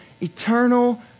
eternal